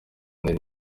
nelly